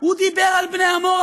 הוא דיבר על בני עמו.